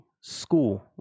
school